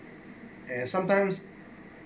eh sometimes